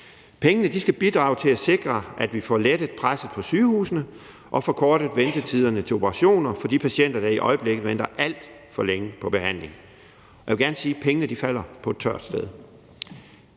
Pengene skal bidrage til at sikre, at vi får lettet presset på sygehusene og forkortet ventetiderne til operationer for de patienter, der i øjeblikket venter alt for længe på behandling. Jeg vil gerne sige, at pengene falder på et tørt sted.